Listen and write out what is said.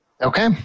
Okay